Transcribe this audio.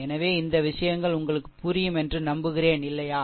எனவே இந்த விஷயங்கள் உங்களுக்கு புரியும் என்று நம்புகிறேன் இல்லையா